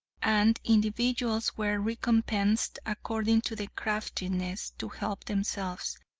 and individuals were recompensed according to their craftiness to help themselves.